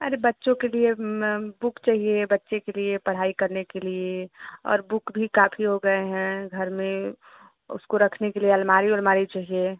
अरे बच्चों के लिए बुक चाहिए बच्चे के लिए पढ़ाई करने के लिए और बुक भी काफ़ी हो गए हैं घर में उसको रखने के लिए अलमारी ओलमारी चाहिए